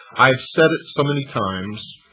i have said it so many times,